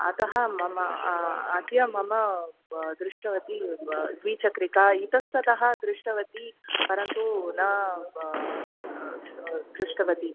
अतः मम अद्य मम ब् दृष्टवती ब द्विचक्रिकां इतस्ततः दृष्टवती परन्तु न ब् दृष्टवती